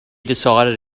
decided